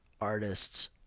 artists